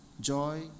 joy